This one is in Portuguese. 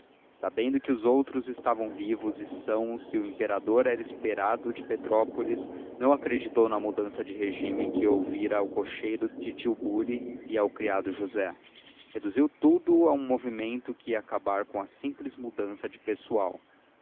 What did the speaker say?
sabendo que os outros estavam vivos e sãos e o imperador era esperado de petrópolis não acreditou na mudança de regímen que ouvira ao cocheiro de tilbury e ao criado josé reduziu tudo a um movimento que ia acabar com a simples mudança de pessoal